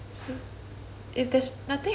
if there's nothing else then